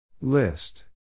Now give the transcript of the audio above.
List